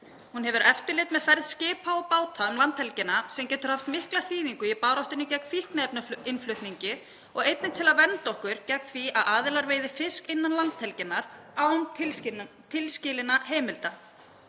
Hún hefur eftirlit með ferð skipa og báta um landhelgina sem getur haft mikla þýðingu í baráttunni gegn fíkniefnainnflutningi og einnig til að vernda okkur gegn því að aðilar veiði fisk innan landhelginnar án tilskilinna heimilda.